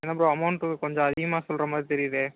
என்ன bro amount கொஞ்சம் அதிகமாக சொல்லுற மாதிரி தெரியுதே